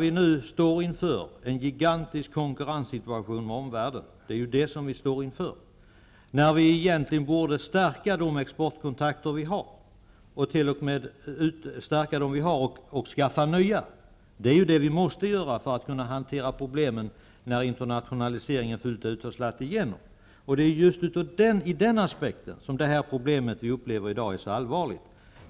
vi nu står inför en situation av gigantisk konkurrens med omvärlden och att vi egentligen borde stärka de exportkontakter vi har och t.o.m. skaffa nya -- det är ju vad vi måste göra för att kunna hantera problemen när internationaliseringen fullt ut har slagit igenom -- är det problem vi upplever i dag så allvarligt.